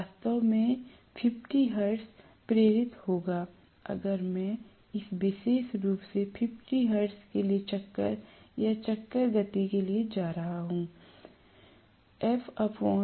वास्तव में 50 हर्ट्ज प्रेरित होगा अगर मैं इस विशेष रूप से 50 हर्ट्ज के लिए चक्कर या चक्कर गति के लिए जा रहा हूं